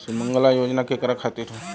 सुमँगला योजना केकरा खातिर ह?